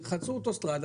חצו אוטוסטרדה,